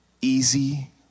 easy